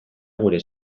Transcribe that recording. gure